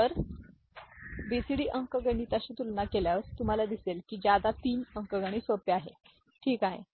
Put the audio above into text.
तर बीसीडी अंकगणिताशी तुलना केल्यास तुम्हाला दिसेल की जादा 3 अंकगणित सोपे आहे ठीक आहे